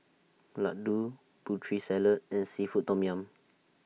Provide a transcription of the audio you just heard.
Laddu Putri Salad and Seafood Tom Yum